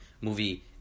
movie